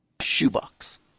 shoebox